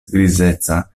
grizeca